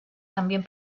también